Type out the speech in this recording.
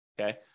Okay